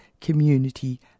community